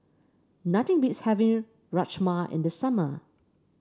nothing beats having Rajma in the summer